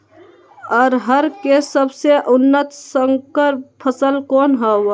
अरहर के सबसे उन्नत संकर फसल कौन हव?